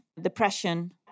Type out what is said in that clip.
depression